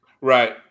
Right